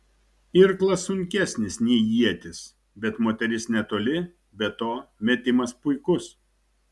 irklas sunkesnis nei ietis bet moteris netoli be to metimas puikus